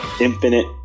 infinite